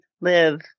live